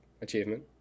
Achievement